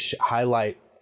highlight